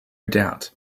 doubt